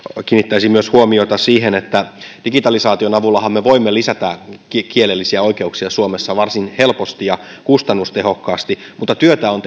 kiinnittäisin myös huomiota siihen että digitalisaation avullahan me voimme lisätä kielellisiä oikeuksia suomessa varsin helposti ja kustannustehokkaasti mutta työtä on